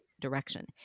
direction